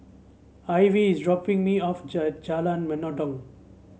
Ivie is dropping me off Jalan Mendong